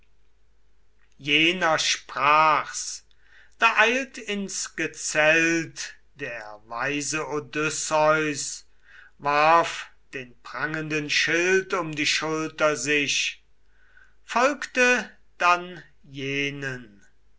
jener sprach's da eilt ins gezelt der weise odysseus warf den prangenden schild um die schulter sich folgte dann jenen